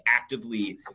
actively